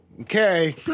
okay